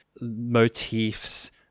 motifs